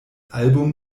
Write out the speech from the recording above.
album